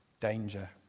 danger